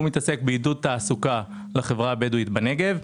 בעידוד תעסוקה לחברה הבדואית בנגב.